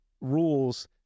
rules